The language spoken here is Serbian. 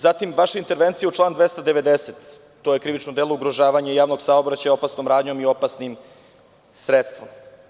Zatim, vaša intervencija u članu 290, to je krivično delo ugrožavanja javnog saobraćaja opasnom radnjom i opasnim sredstvom.